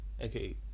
Okay